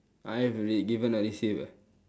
I've re~ given or received ah